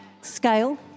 scale